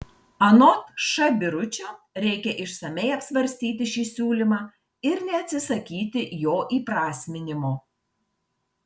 anot š biručio reikia išsamiai apsvarstyti šį siūlymą ir neatsisakyti jo įprasminimo